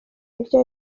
iryo